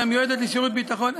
על המיועדת לשירות ביטחון,